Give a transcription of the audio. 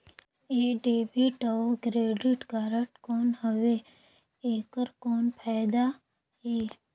ये डेबिट अउ credit card कौन हवे एकर कौन फाइदा हे?